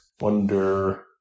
wonder